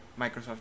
Microsoft